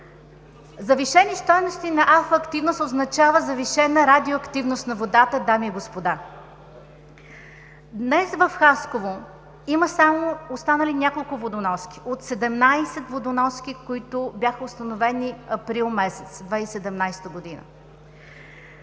Завишена стойност на алфа-активност означава завишена радиоактивност на водата, дами и господа. Днес в Хасково има останали само няколко водоноски от 17 водоноски, които бяха установени през месец април